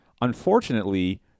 unfortunately